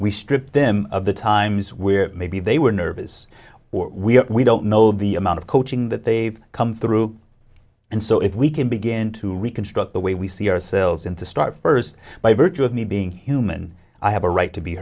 stripped them of the times where maybe they were nervous or we are we don't know the amount of coaching that they've come through and so if we can begin to reconstruct the way we see ourselves in to start first by virtue of me being human i have a right to be